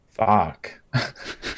Fuck